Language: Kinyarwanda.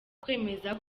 kwemeza